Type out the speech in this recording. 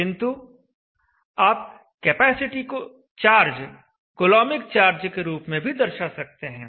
किंतु आप कैपेसिटी को चार्ज कुलोमिक चार्ज के रूप में भी दर्शा सकते हैं